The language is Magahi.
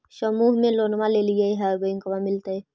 समुह मे लोनवा लेलिऐ है बैंकवा मिलतै?